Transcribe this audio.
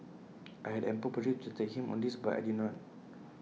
I had ample opportunity to attack him on this but I did not